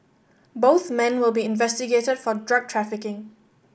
both men will be investigated for drug trafficking